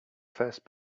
first